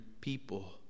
people